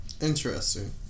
Interesting